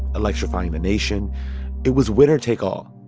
electrifying the nation it was winner-take-all.